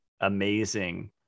amazing